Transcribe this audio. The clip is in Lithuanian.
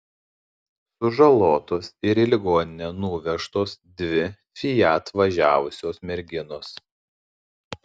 sužalotos ir į ligoninę nuvežtos dvi fiat važiavusios merginos